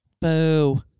Boo